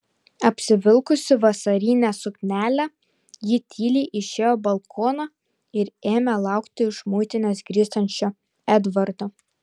apsivilkusi vasarinę suknelę ji tyliai išėjo balkoną ir ėmė laukti iš muitinės grįžtančio edvardo